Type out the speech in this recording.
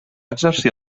exercir